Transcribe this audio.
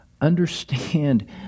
understand